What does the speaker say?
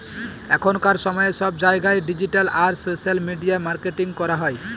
এখনকার সময়ে সব জায়গায় ডিজিটাল আর সোশ্যাল মিডিয়া মার্কেটিং করা হয়